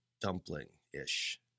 dumpling-ish